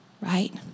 right